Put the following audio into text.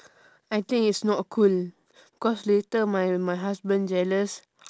I think it's not cool cause later my my husband jealous